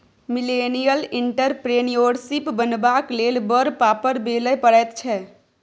millennial entrepreneurship बनबाक लेल बड़ पापड़ बेलय पड़ैत छै